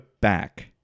back